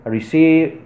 Receive